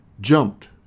jumped